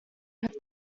have